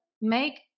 make